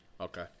Okay